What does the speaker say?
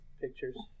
pictures